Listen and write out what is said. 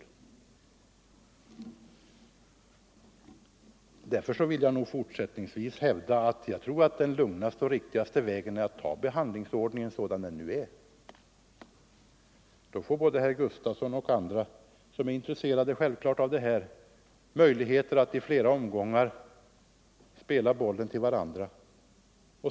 Därför vill jag nog fortsättningsvis hävda att den lugnaste och riktigaste vägen är att följa behandlingsordningen sådan den nu är. Då får både herr Gustavsson och andra som är intresserade av detta möjligheter att i flera omgångar spela bollen till varandra.